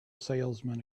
salesman